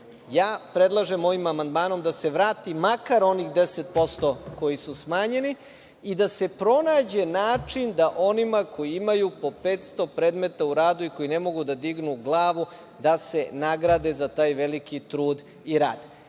primanja. Predlažem ovim amandmanom da se vrati makar onih 10% koji su smanjeni i da se pronađe način da onima koji imaju po 500 predmeta u radu i koji ne mogu da dignu glavu da se nagrade za taj veliki trud i